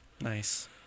Nice